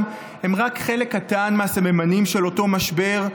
הם רק חלק קטן מהסממנים של אותו משבר,